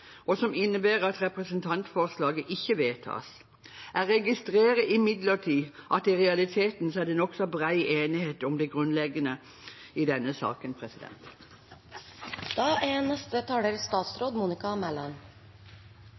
og som innebærer at representantforslaget ikke vedtas. Jeg registrerer imidlertid at i realiteten er det nokså bred enighet om det grunnleggende i denne saken.